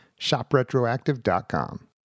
Shopretroactive.com